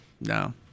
no